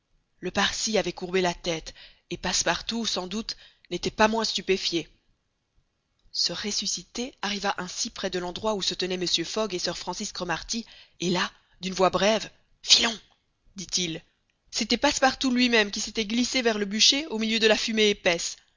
le parsi avait courbé la tête et passepartout sans doute n'était pas moins stupéfié ce ressuscité arriva ainsi près de l'endroit où se tenaient mr fogg et sir francis cromarty et là d'une voix brève filons dit-il c'était passepartout lui-même qui s'était glissé vers le bûcher au milieu de la fumée épaisse